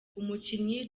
umukinnyi